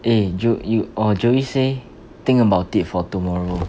eh jo~ you orh joey say think about it for tomorrow